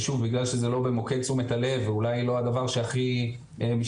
ושוב בגלל שזה לא במוקד תשומת הלב ואולי לא הדבר שהכי משתלם,